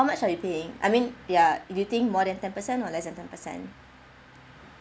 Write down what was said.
much are you paying I mean ya you think more than ten percent or less than ten percent